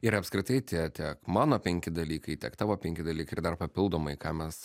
ir apskritai tie tiek mano penki dalykai tiek tavo penki dalykai ir dar papildomai ką mes